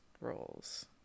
roles